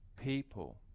people